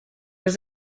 was